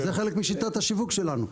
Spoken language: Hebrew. זה חלק משיטת השיווק שלנו.